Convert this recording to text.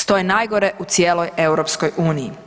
Stoje najgore u cijeloj EU.